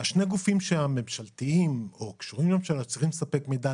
שני הגופים הממשלתיים או שקשורים לממשלה וצריכים לספק מידע,